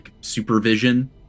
supervision